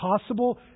possible